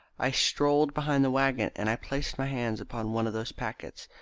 i strolled behind the waggon, and i placed my hands upon one of those packets.